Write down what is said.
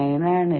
9 ആണ്